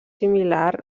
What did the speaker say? similar